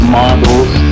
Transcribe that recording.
models